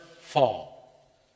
fall